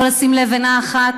לא לשים לבנה אחת,